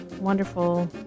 wonderful